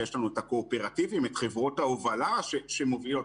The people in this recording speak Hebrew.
הקואופרטיבים וחברות ההובלה שמובילות.